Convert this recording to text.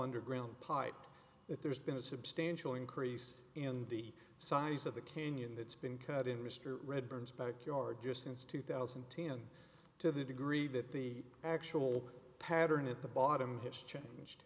underground pipe that there's been a substantial increase in the size of the canyon that's been cut in mr redbirds backyard just since two thousand and ten to the degree that the actual pattern at the bottom of his change